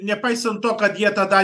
nepaisant to kad jie tada